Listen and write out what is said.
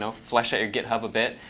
so flesh out your github a bit.